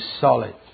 solid